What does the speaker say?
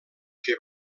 que